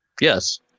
yes